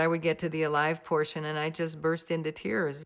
i would get to the alive portion and i just burst into tears